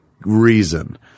reason